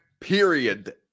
period